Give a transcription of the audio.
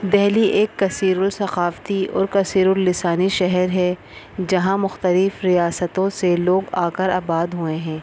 دہلی ایک کثیر الثقافتی اور کثیراللسانی شہر ہے جہاں مختلف ریاستوں سے لوگ آ کر آباد ہوئے ہیں